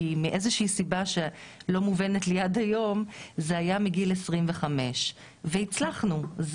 כי מאיזושהי סיבה שלא מובנת לי עד היום זה היה מגיל 25. והצלחנו,